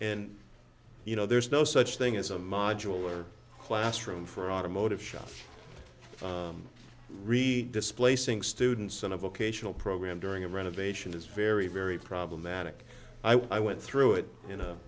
and you know there's no such thing as a modular classroom for automotive shop read displacing students in a vocational program during a renovation is very very problematic i went through it in a